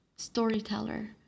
Storyteller